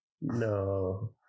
No